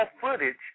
footage